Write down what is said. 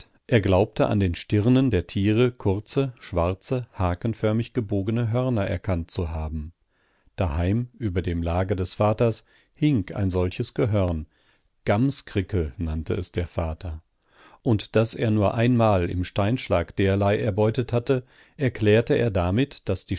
er glaubte auf den stirnen der tiere kurze schwarze hakenförmig gebogene hörner erkannt zu haben daheim über dem lager des vaters hing ein solches gehörn gamskrickel nannte es der vater und daß er nur einmal im steinschlag derlei erbeutet hatte erklärte er damit daß